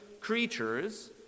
creatures